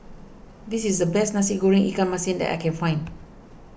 this is the best Nasi Goreng Ikan Masin that I can find